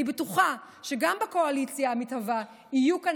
אני בטוחה שגם בקואליציה המתהווה יהיו כאן